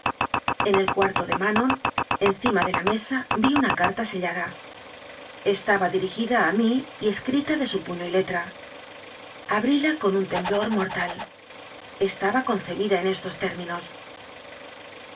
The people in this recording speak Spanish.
en el cuarto de manon encima de la mesa vi una carta sellada estaba dirigida a mí y escrita de su puño y letra abríla con un tem blor mortal estaba concebida en estos términos